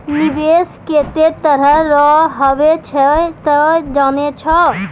निवेश केतै तरह रो हुवै छै तोय जानै छौ